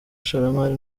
ishoramari